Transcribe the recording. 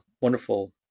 wonderful